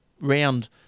round